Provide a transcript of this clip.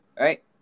right